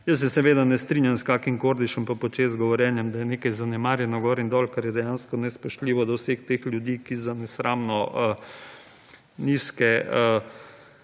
Jaz se seveda ne strinjam s kakšnim Kordišem pa počez govorjenjem, da je nekaj zanemarjeno gor in dol, ker je dejansko nespoštljivo do vseh teh ljudi, ki za nesramno nizke